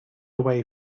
away